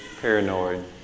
paranoid